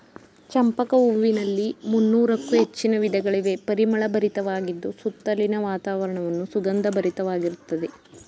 ಚಂಪಕ ಹೂವಿನಲ್ಲಿ ಮುನ್ನೋರಕ್ಕು ಹೆಚ್ಚಿನ ವಿಧಗಳಿವೆ, ಪರಿಮಳ ಭರಿತವಾಗಿದ್ದು ಸುತ್ತಲಿನ ವಾತಾವರಣವನ್ನು ಸುಗಂಧ ಭರಿತವಾಗಿರುತ್ತದೆ